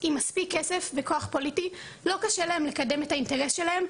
עם מספיק כסף וכוח פוליטי לא קשה להם לקדם את האינטרס שלהם,